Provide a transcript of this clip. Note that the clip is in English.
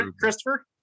Christopher